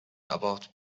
about